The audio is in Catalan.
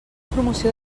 promoció